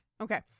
Okay